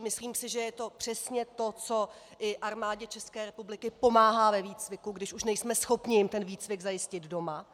Myslím si, že je to přesně to, co i Armádě České republiky pomáhá ve výcviku, když už nejsme schopni jim ten výcvik zajistit doma.